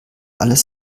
alles